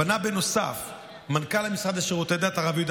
פנה בנוסף מנכ"ל המשרד לשירותי דת הרב יהודה